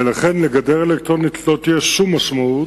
ולכן לגדר אלקטרונית לא תהיה שום משמעות,